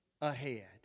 ahead